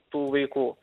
tų veikų